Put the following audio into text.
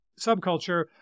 subculture